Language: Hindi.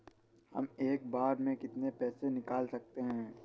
हम एक बार में कितनी पैसे निकाल सकते हैं?